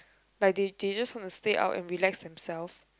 like they they just want to stay out and relax themselves